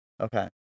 Okay